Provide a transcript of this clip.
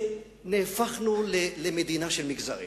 נהפכנו למדינה של מגזרים,